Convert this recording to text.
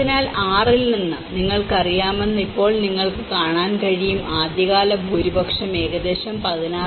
അതിനാൽ 6 ൽ നിന്ന് നിങ്ങൾക്ക് അറിയാമെന്ന് ഇപ്പോൾ നിങ്ങൾക്ക് കാണാൻ കഴിയും ആദ്യകാല ഭൂരിപക്ഷം ഏകദേശം 16